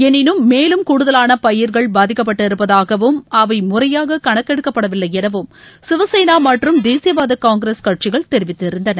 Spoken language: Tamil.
எளினும் மேலும் கூடுதலான பயிர்கள் பாதிக்கப்பட்டிருப்பதாகவும் அவை முறையாக கணக்கெடுப்படவில்லை எனவும் சிவசேனா மற்றும் தேசிய வாத காங்கிரஸ் கட்சிகள் தெரிவித்திருந்தன